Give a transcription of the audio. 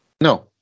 No